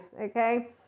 Okay